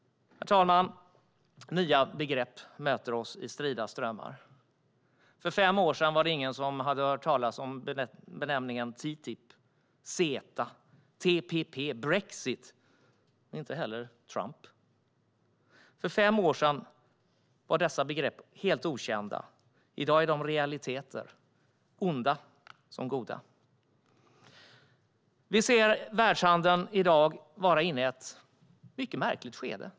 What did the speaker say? Herr talman! Nya begrepp möter oss i strida strömmar. För fem år sedan hade ingen hört talas om TTIP, CETA, TPP, brexit eller Trump. För fem år sedan var dessa begrepp helt okända. I dag är de realiteter, onda som goda. Vi ser att världshandeln i dag är inne i ett mycket märkligt skede.